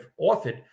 authored